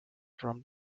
from